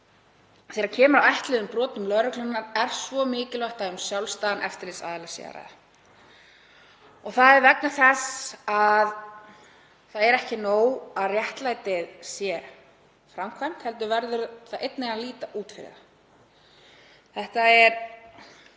þ.e. þegar kemur að ætluðum brotum lögreglumanna er svo mikilvægt að um sjálfstæðan eftirlitsaðila sé að ræða. Það er vegna þess að ekki er nóg að réttlætið sé framkvæmt heldur verður það einnig að líta út fyrir það. Það er